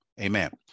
Amen